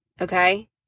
okay